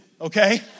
Okay